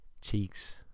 cheeks